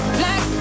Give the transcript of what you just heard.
black